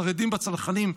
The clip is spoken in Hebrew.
חרדים בצנחנים,